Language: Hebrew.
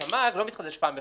והתמ"ג לא מתחדש פעם בחודש.